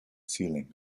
ceiling